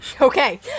Okay